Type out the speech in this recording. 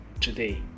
today